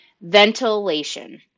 ventilation